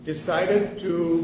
decided to